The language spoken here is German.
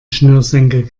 schnürsenkel